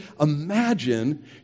Imagine